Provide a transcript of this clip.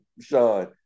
Sean